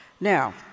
Now